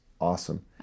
Awesome